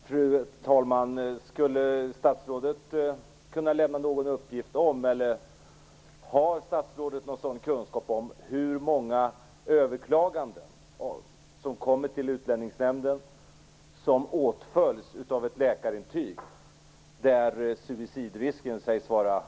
Fru talman! Har statsrådet någon kunskap om hur många överklaganden som kommer till Utlänningsnämnden som åtföljs av ett läkarintyg där suicidrisken sägs vara stor?